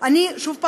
בושה וחרפה